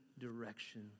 direction